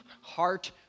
heart